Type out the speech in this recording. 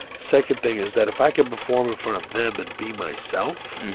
second thing is that if i could perform in front of them and be myself,